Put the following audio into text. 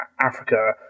Africa